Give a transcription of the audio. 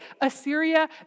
Assyria